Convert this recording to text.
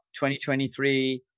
2023